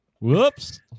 whoops